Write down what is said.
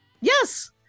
Yes